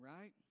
right